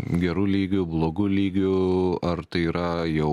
geru lygiu blogu lygiu ar tai yra jau